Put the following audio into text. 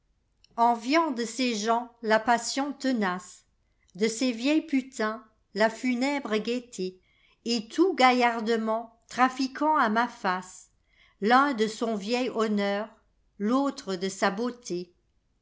enviant de ces gens i passion tenace de ces ieilles putains la funèbre gaîté et tous gaillardement trafiquant à ma face l'un de son vieil honneur l'autre de sa beauté